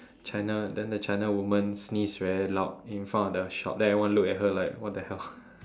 China then the China woman sneezed very loud in front of the shop then everyone look at her like what the hell